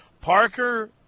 Parker